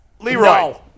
Leroy